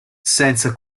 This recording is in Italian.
senza